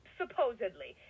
supposedly